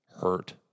hurt